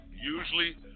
Usually